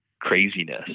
craziness